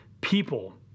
people